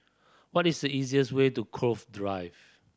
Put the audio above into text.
what is the easiest way to Cove Drive